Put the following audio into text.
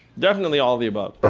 definitely all of the above.